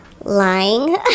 lying